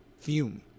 Fume